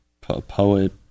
poet